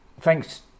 thanks